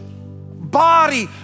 body